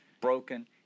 broken